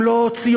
הם לא ציונים,